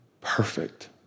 perfect